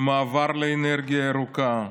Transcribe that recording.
מעבר לאנרגיה ירוקה,